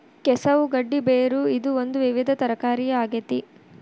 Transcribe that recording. ಕೆಸವು ಗಡ್ಡಿ ಬೇರು ಇದು ಒಂದು ವಿವಿಧ ತರಕಾರಿಯ ಆಗೇತಿ